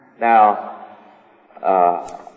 now